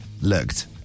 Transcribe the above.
Looked